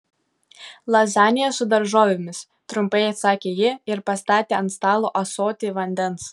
lazanija su daržovėmis trumpai atsakė ji ir pastatė ant stalo ąsotį vandens